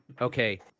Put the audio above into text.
Okay